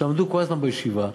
שלמדו כל הזמן בישיבה,